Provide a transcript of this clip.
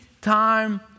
time